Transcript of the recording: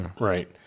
right